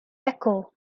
echo